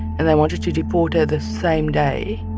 and they wanted to deport her the same day,